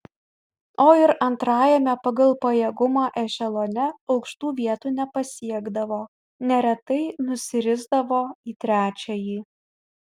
o ir antrajame pagal pajėgumą ešelone aukštų vietų nepasiekdavo neretai nusirisdavo į trečiąjį